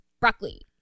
broccoli